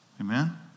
Amen